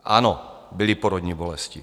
Ano, byly porodní bolesti.